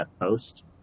post